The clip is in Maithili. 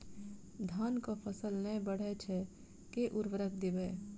धान कऽ फसल नै बढ़य छै केँ उर्वरक देबै?